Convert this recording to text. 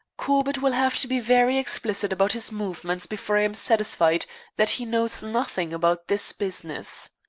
corbett will have to be very explicit about his movements before i am satisfied that he knows nothing about this business.